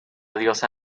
diosa